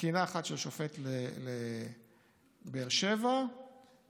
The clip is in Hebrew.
תקינה אחת לשופט בבאר שבע,